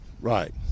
Right